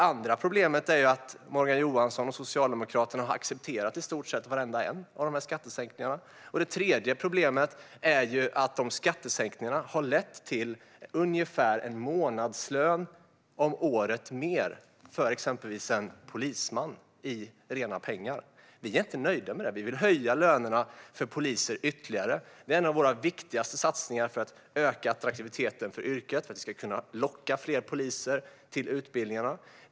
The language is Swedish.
För det andra har Morgan Johansson och Socialdemokraterna i stort sett accepterat varenda en av dessa skattesänkningar. För det tredje har dessa skattesänkningar gett exempelvis en polisman ungefär en månadslön mer om året i rena pengar. Vi är inte nöjda. Vi vill höja polislönerna ytterligare. Det är en av våra viktigaste satsningar för att öka polisyrkets attraktivitet och locka fler till utbildningarna.